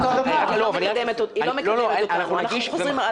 אני חושבת שהגישה הזאת לא מקדמת אותנו.